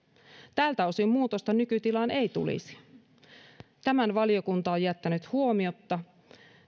tältä osin muutosta nykytilaan ei tulisi nämä edellytykset ja seuraukset valiokunta on jättänyt huomiotta